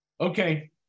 Okay